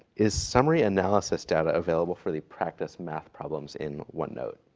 is summary analysis data available for the practice math problems in onenote?